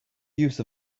use